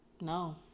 No